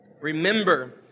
Remember